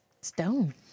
stone